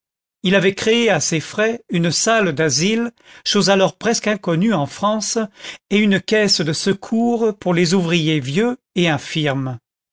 il avait créé à ses frais une salle d'asile chose alors presque inconnue en france et une caisse de secours pour les ouvriers vieux et